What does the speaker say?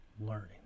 learning